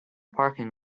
parking